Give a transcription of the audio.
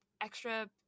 extra